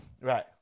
right